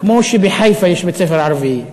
כמו שבחיפה יש בית-ספר ערבי,